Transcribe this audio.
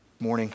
morning